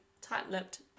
tight-lipped